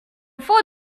faut